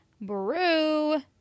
brew